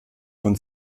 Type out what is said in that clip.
von